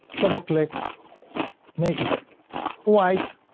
double-click make it white,